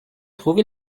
trouvé